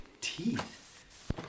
Teeth